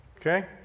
okay